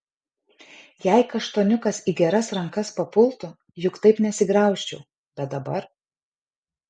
jei kaštoniukas į geras rankas papultų juk taip nesigraužčiau bet dabar